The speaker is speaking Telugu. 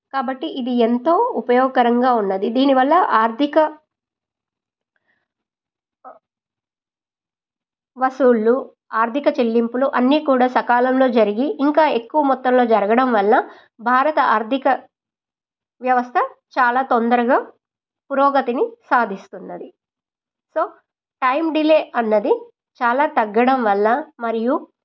కాబట్టి ఇది ఎంతో ఉపయోగకరంగా ఉన్నది దీనివల్ల ఆర్థిక వసూళ్ళు ఆర్థిక చెల్లింపులు అన్నీ కూడా సకాలంలో జరిగి ఇంకా ఎక్కువ మొత్తంలో జరగడం వల్ల భారత ఆర్థిక వ్యవస్థ చాలా తొందరగా పురోగతిని సాధిస్తున్నది సో టైం డిలే అన్నది చాలా తగ్గడం వల్ల మరియు